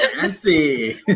fancy